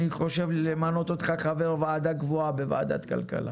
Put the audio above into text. אני חושב למנות אותך חבר ועדה קבועה בוועדת כלכלה.